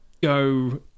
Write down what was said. go